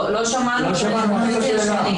לא שמענו את השאלה.